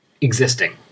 existing